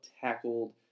tackled